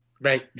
Right